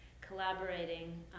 collaborating